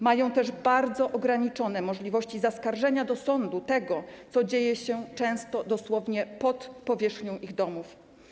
Mają też bardzo ograniczone możliwości zaskarżenia do sądu tego, co dzieje się często dosłownie pod powierzchnią ich domów.